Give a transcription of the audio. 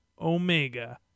Omega